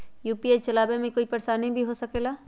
UPI के चलावे मे कोई परेशानी भी हो सकेला?